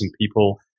people